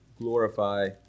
glorify